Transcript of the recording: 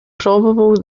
probable